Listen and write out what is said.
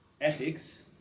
ethics